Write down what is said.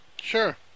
Sure